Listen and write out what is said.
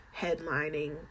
headlining